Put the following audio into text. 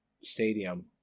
stadium